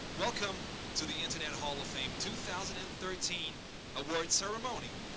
welcome to the internet hall of fame two thousand and thirteen awards ceremony.